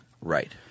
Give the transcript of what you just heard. Right